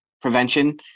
prevention